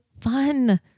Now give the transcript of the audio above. fun